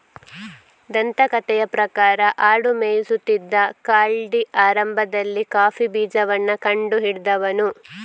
ದಂತಕಥೆಯ ಪ್ರಕಾರ ಆಡು ಮೇಯಿಸುತ್ತಿದ್ದ ಕಾಲ್ಡಿ ಆರಂಭದಲ್ಲಿ ಕಾಫಿ ಬೀಜವನ್ನ ಕಂಡು ಹಿಡಿದನು